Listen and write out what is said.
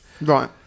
Right